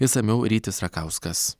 išsamiau rytis rakauskas